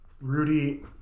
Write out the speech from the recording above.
Rudy